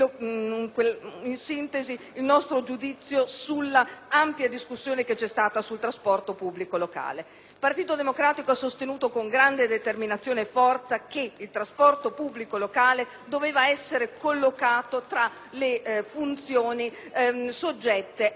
Il Partito Democratico ha sostenuto con grande determinazione e forza che il trasporto pubblico locale dovesse essere collocato tra le funzioni soggette ai LEP e, quindi, integralmente finanziate. Devo dire che la soluzione a cui siamo addivenuti